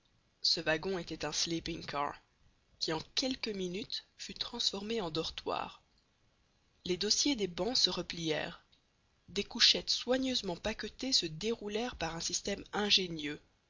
ce wagon était un sleeping car qui en quelques minutes fut transformé en dortoir les dossiers des bancs se replièrent des couchettes soigneusement paquetées se déroulèrent par un système ingénieux